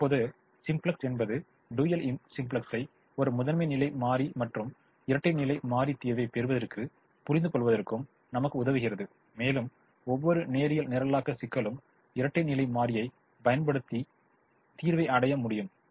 இப்போது சிம்ப்ளக்ஸ் என்பது டூயல் சிம்ப்ளெக்ஸை ஒரு முதன்மை நிலை மாறி மற்றும் இரட்டை நிலை மாறி தீர்வை பெறுவதற்கும் புரிந்து கொள்வதற்கும் நமக்கு உதவுகிறது மேலும் ஒவ்வொரு நேரியல் நிரலாக்க சிக்கலும் இரட்டை நிலை மாறியை பயன்படுத்தி தீர்வை அடைய முடியும்